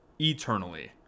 eternally